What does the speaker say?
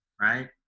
right